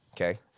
Okay